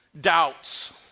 doubts